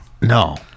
No